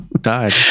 died